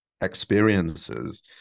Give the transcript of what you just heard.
experiences